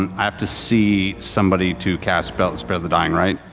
um i have to see somebody to cast spare spare the dying, right?